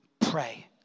pray